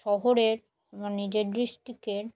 শহরের বা নিজের ডিস্ট্রিক্টের